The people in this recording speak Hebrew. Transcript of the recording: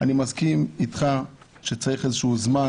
אני מסכים איתך שצריך איזשהו זמן,